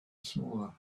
smaller